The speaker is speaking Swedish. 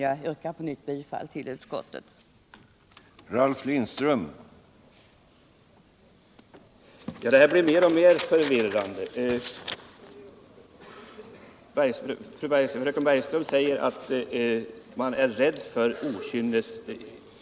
Jag yrkar på nytt bifall till utskottets hemställan.